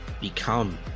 become